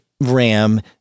RAM